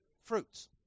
fruits